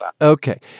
Okay